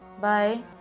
Bye